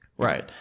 Right